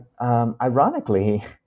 ironically